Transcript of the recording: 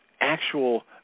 actual